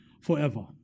forever